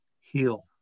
heal